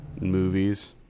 movies